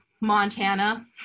Montana